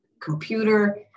computer